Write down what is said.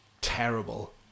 terrible